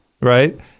right